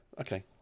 okay